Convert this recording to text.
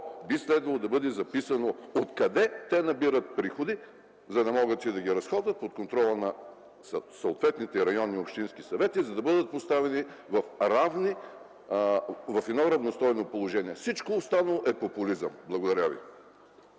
би следвало да бъде записано от къде те набират приходи, за да могат да ги разходват под контрола на съответните районни общински съвети, за да бъдат поставени в равностойно положение. Всичко останало е популизъм. Благодаря ви.